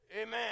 Amen